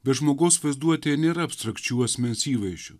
bet žmogaus vaizduotėje nėra abstrakčių asmens įvaizdžių